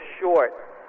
short